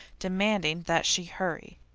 demanding that she hurry,